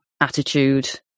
attitude